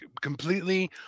completely